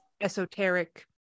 esoteric